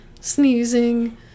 sneezing